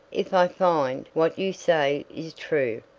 if i find what you say is true.